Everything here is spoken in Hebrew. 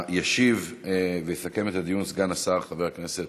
ישיב ויסכם את הדיון סגן השר חבר הכנסת